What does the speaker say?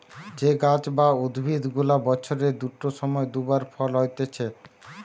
যে গাছ বা উদ্ভিদ গুলা বছরের দুটো সময় দু বার ফল হতিছে